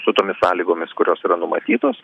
su tomis sąlygomis kurios yra numatytos